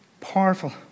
Powerful